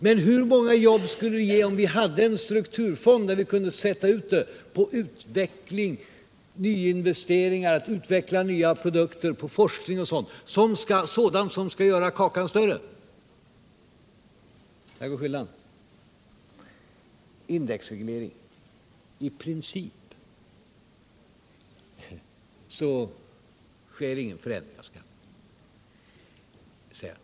Men hur många jobb skulle det inte ge om man avsatte pengarna i en strukturfond för utveckling av nya produkter, för nya investeringar, för forskning m.m. som skall göra kakan större? Här finns skillnaden. Indexregleringen! I princip sker det ingen förändring.